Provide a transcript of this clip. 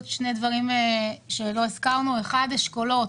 אומר עוד שני דברים שלא הזכרנו: אשכולות,